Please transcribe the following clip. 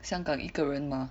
香港一个人吗